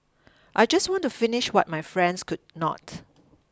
I just want to finish what my friends could not